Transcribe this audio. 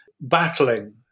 battling